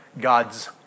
God's